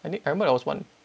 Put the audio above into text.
I remember I was one